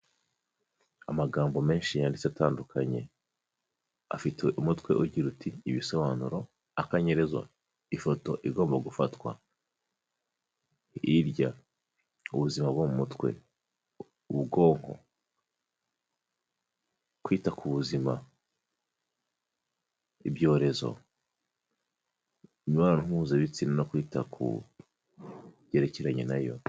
Amagambo menshi yanditse atandukanye, afite umutwe ugira uti" ibisobanuro, akanyezo, ifoto igomba gufatwa, hirya ubuzima bwo mu mutwe, ubwonko, kwita ku buzima, ibyorezo, imibonano mpuzabitsina no kwita ku byerekeranye nayo".